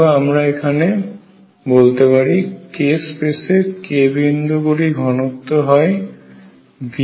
অথবা আমরা এখানে বলতে পারি k স্পেসে k বিন্দু গুলির ঘনত্ব হয় V83